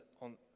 on